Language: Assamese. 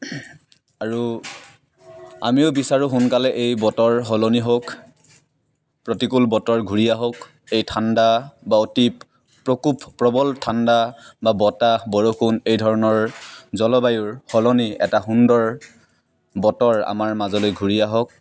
আৰু আমিও বিচাৰোঁ সোনকালে এই বতৰ সলনি হওক প্ৰতিকূল বতৰ ঘূৰি আহক এই ঠাণ্ডা বা অতি প্ৰকোপ প্ৰবল ঠাণ্ডা বা বতাহ বৰষুণ এই ধৰণৰ জলবায়ুৰ সলনি এটা সুন্দৰ বতৰ আমাৰ মাজলৈ ঘূৰি আহক